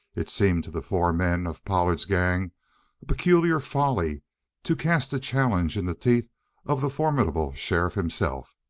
it seemed to the four men of pollard's gang a peculiar folly to cast a challenge in the teeth of the formidable sheriff himself.